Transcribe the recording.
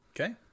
Okay